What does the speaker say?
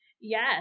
Yes